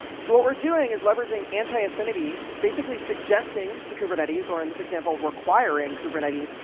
so what we're doing is leveraging anti-affinity, basically, suggesting to kubernetes, or in this example requiring kubernetes,